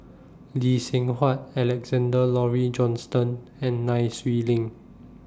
Lee Seng Huat Alexander Laurie Johnston and Nai Swee Leng